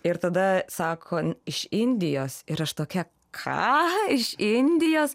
ir tada sako iš indijos ir aš tokia ką iš indijos